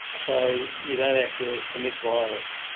so you don't have to commit violence